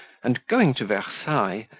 and going to versailles,